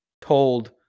told